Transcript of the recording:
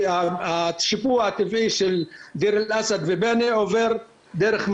השיפוע הטבעי של דיר אל אסד ובועיינה עובר דרך זה.